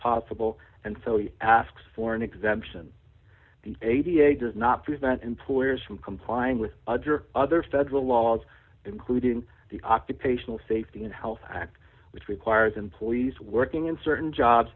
possible and so he asks for an exemption the a b a does not prevent employers from complying with other federal laws including the occupational safety and health act which requires employees working in certain jobs